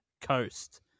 coast